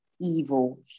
evil